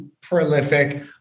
prolific